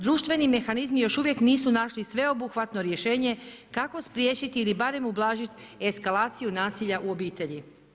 Društveni mehanizmi još uvijek nisu našli sveobuhvatno rješenje kako spriječiti ili barem ublažit eskalaciju nasilja u obitelji.